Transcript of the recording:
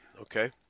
okay